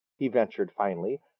he ventured finally.